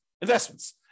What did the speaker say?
investments